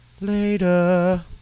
later